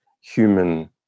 human